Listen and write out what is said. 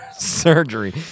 Surgery